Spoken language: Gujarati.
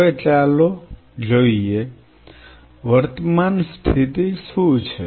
હવે ચાલો જોઈએ વર્તમાન સ્થિતિ શું છે